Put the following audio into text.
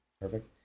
perfect